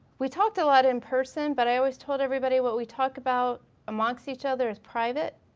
we talked a lot in person but i always told everybody what we talk about amongst each other is private.